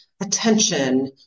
Attention